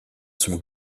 some